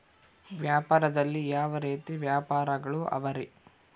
ವ್ಯಾಪಾರದಲ್ಲಿ ಯಾವ ರೇತಿ ವ್ಯಾಪಾರಗಳು ಅವರಿ?